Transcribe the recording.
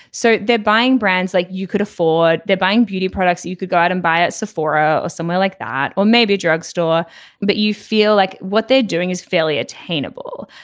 so they're buying brands like you could afford. they're buying beauty products. you could go out and buy at sephora or somewhere like that or maybe a drugstore but you feel like what they're doing is fairly attainable.